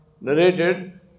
narrated